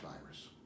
virus